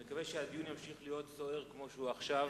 אני מקווה שהדיון ימשיך להיות סוער כמו שהוא עכשיו.